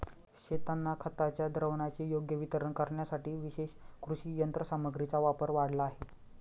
शेतांना खताच्या द्रावणाचे योग्य वितरण करण्यासाठी विशेष कृषी यंत्रसामग्रीचा वापर वाढला आहे